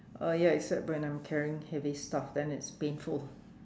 uh ya except when I'm carrying heavy stuff then it's painful